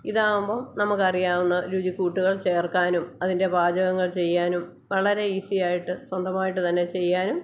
ഇതാകുമ്പോൾ നമുക്കറിയാവുന്ന രുചി കൂട്ടുകൾ ചേർക്കാനും അതിൻ്റെ പാചകങ്ങൾ ചെയ്യാനും വളരെ ഈസിയായിട്ട് സ്വന്തമായിട്ട് തന്നെ ചെയ്യാനും